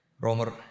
Romer